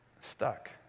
stuck